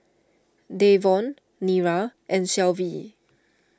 Davon Nira and Shelvie